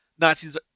Nazis